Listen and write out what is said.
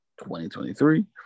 2023